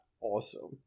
awesome